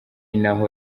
naho